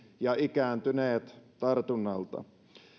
ja ikääntyneet tartunnalta